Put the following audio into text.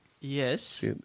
Yes